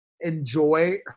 enjoy